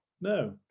no